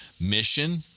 mission